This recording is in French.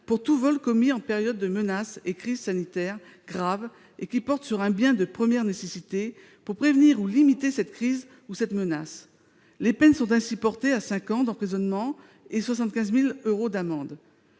pour tout vol commis en période de menace ou de crise sanitaires grave, portant sur un bien de première nécessité destiné à prévenir ou à limiter cette crise ou cette menace. Les peines seraient ainsi portées à cinq ans d'emprisonnement et à 75 000 euros d'amende.